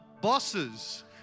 bosses